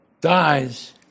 dies